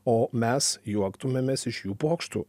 o mes juoktumėmės iš jų pokštų